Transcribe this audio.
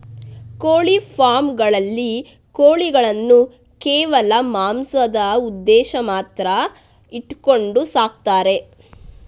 ಕೋಳಿ ಫಾರ್ಮ್ ಗಳಲ್ಲಿ ಕೋಳಿಗಳನ್ನು ಕೇವಲ ಮಾಂಸದ ಉದ್ದೇಶ ಮಾತ್ರ ಇಟ್ಕೊಂಡು ಸಾಕ್ತಾರೆ